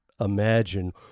imagine